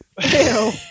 Ew